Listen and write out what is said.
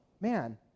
man